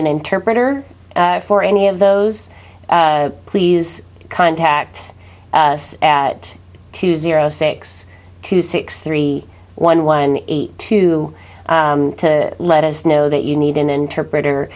an interpreter for any of those please contact us at two zero six two six three one one eight to let us know that you need an interpreter